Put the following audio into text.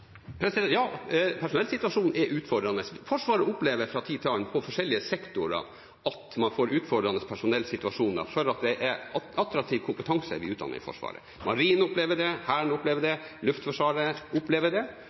Personellsituasjonen er utfordrende. Forsvaret opplever fra tid til annen i forskjellige sektorer at man får utfordrende personellsituasjoner, fordi det er attraktiv kompetanse vi utdanner i Forsvaret. Marinen opplever det, Hæren opplever det, Luftforsvaret opplevet det,